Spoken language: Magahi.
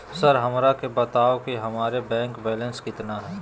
सर हमरा के बताओ कि हमारे बैंक बैलेंस कितना है?